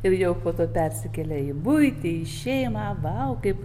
ir jau po to persikėlia į buitį į šeimą vau kaip